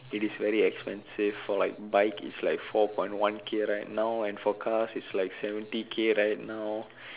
it is very expensive for like bike it's like four point one K right now and for cars it's like seventy K right now